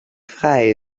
frei